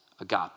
agape